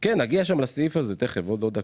כן נגיע שם לסעיף הזה עוד דקה.